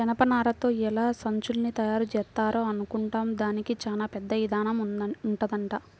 జనపనారతో ఎలా సంచుల్ని తయారుజేత్తారా అనుకుంటాం, దానికి చానా పెద్ద ఇదానం ఉంటదంట